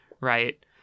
right